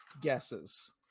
guesses